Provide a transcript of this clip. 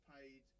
paid